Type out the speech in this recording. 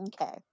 Okay